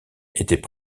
étaient